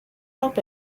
help